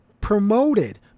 promoted